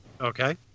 Okay